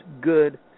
good